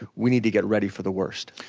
we need to get ready for the worst.